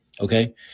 okay